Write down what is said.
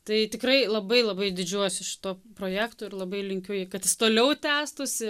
tai tikrai labai labai didžiuojuosi šituo projektu ir labai linkiu kad jis toliau tęstųsi